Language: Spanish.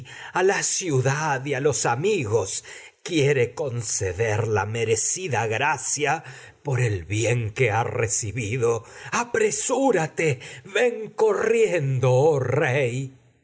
a la ciudad y a los amigos quiere conceder la me recida gracia por el bien que ha recibido apresúrate ven corriendo oh rey